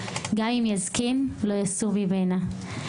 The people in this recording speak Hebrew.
גם אם יזקין לא יסור ממנה.